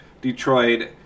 Detroit